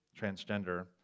transgender